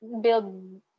build